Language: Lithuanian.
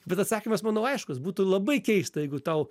bet atsakymas manau aiškus būtų labai keista jeigu tau